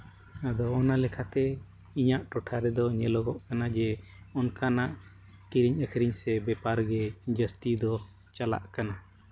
ᱟᱫᱚ ᱚᱱᱟ ᱞᱮᱠᱟᱛᱮ ᱤᱧᱟᱹᱜ ᱴᱚᱴᱷᱟ ᱨᱮᱫᱚ ᱧᱮᱞᱚᱜᱚᱜ ᱠᱟᱱᱟ ᱡᱮ ᱚᱱᱠᱟᱱᱟᱜ ᱠᱤᱨᱤᱧ ᱟᱹᱠᱷᱨᱤᱧ ᱵᱮᱯᱟᱨ ᱜᱮ ᱡᱟᱹᱥᱛᱤ ᱫᱚ ᱪᱟᱞᱟᱜ ᱠᱟᱱᱟ